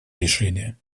решения